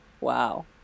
Wow